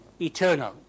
eternal